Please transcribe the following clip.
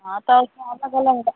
हाँ तो ऐसा अलग अलग दा